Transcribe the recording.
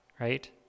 right